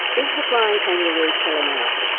is the flying kangaroo selling out,